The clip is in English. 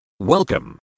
Welcome